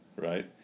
right